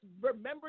remember